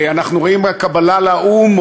אנחנו רואים קבלה לאו"ם,